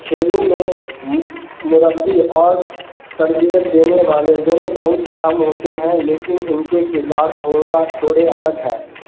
کھیلوں میں مربی اور تربیت دینے والے دونوں بہت اہم ہوتے ہیں لیکن ان کے کردار تھوڑا تھوڑے الگ ہیں